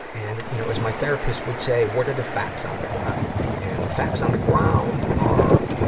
and, you know, as my therapist would say, what are the facts on the ground? and the facts on the ground are,